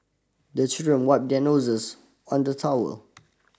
the children wipe their noses on the towel